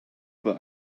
but